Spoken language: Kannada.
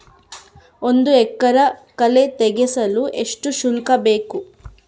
ಒಂದು ಎಕರೆ ಕಳೆ ತೆಗೆಸಲು ಎಷ್ಟು ಶುಲ್ಕ ಬೇಕು?